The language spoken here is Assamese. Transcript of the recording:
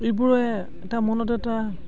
এইবোৰে এটা মনত এটা